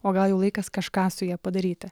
o gal jau laikas kažką su ja padaryti